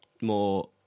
more